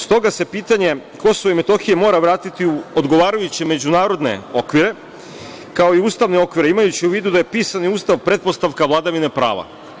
Stoga se pitanje Kosova i Metohije mora vratiti u odgovarajuće međunarodne okvire, kao i ustavne okvire, imajući u vidu da je pisani Ustav pretpostavka vladavine prava.